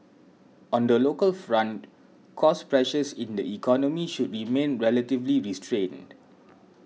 on the local front cost pressures in the economy should remain relatively restrained